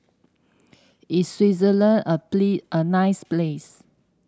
is Swaziland a a nice place